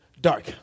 dark